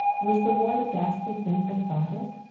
was the war the ghastly thing they thought it?